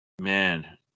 Man